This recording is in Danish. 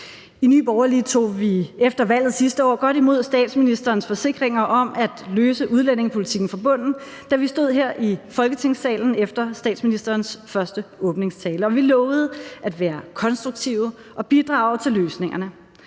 I Nye Borgerlige tog vi efter valget sidste år godt imod statsministerens forsikringer om at løse udlændingepolitikken fra bunden, da vi stod her i Folketingssalen efter statsministerens første åbningstale. Og vi lovede at være konstruktive og bidrage til løsningerne.